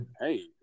hey